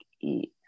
eat